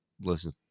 Listen